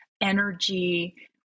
energy